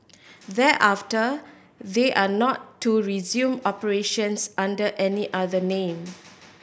thereafter they are not to resume operations under any other name